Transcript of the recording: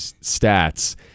stats